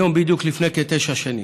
היום בדיוק לפני כתשע שנים.